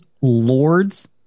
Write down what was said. Lord's